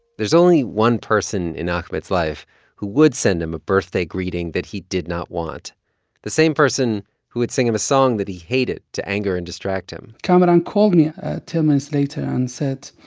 there's only one person in ahmed's life who would send him a birthday greeting that he did not want the same person who would sing him a song that he hated to anger and distract him kamaran called me ten minutes later and said,